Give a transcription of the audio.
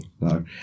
no